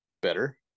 better